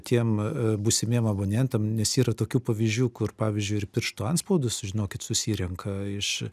tiem būsimiem abonentam nes yra tokių pavyzdžių kur pavyzdžiui ir pirštų antspaudus žinokit susirenka iš